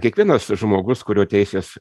kiekvienas žmogus kurio teisės